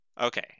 Okay